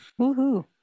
Woohoo